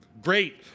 great